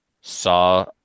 saw